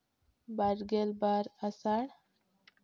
ᱵᱟᱨᱜᱮᱞ ᱵᱟᱨ ᱟᱥᱟᱲ